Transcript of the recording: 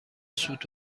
سوت